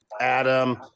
Adam